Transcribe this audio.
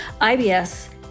IBS